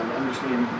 understand